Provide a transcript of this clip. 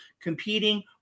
competing